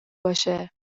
باشه